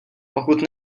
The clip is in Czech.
pokud